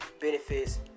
Benefits